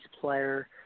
player